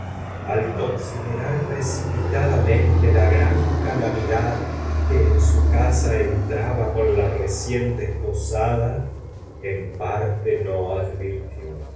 al considerar precipitadamente la su casa calamidad en entraba con la recién despo otra sada que con en parte no advirtió